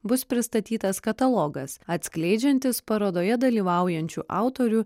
bus pristatytas katalogas atskleidžiantis parodoje dalyvaujančių autorių